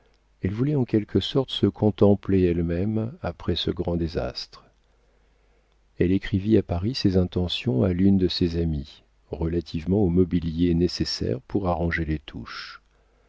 elle voulait en quelque sorte se contempler elle-même après ce grand désastre elle écrivit à paris ses intentions à l'une de ses amies relativement au mobilier nécessaire pour arranger les touches